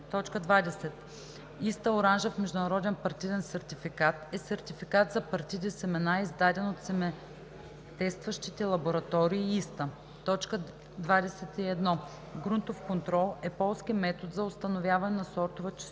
и 21: „20. „ISTA оранжев международен партиден сертификат“ е сертификат за партиди семена, издаден от семетестващите лаборатории ISTA. 21. „Грунтов контрол“ е полски метод за установяване на сортова чистота